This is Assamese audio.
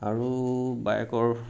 আৰু বাইকৰ